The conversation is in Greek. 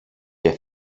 και